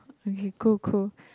okay cool cool